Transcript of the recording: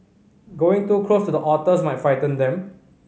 going too close to the otters may frighten them